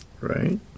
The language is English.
Right